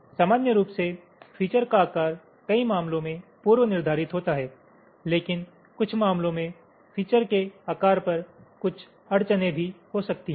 सामान्य रूप से फीचर का आकार कई मामलों में पूर्वनिर्धारित होता है लेकिन कुछ मामलों में फीचर के आकार पर कुछ अड़चनें भी हो सकती हैं